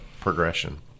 progression